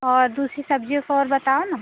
और दूसरी सब्जियों का और बताओ ना